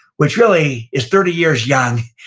which really is thirty years young.